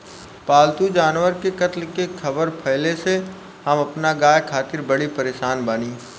पाल्तु जानवर के कत्ल के ख़बर फैले से हम अपना गाय खातिर बड़ी परेशान बानी